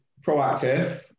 proactive